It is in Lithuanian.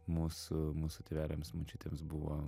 mūsų mūsų tėveliams močiutėms buvo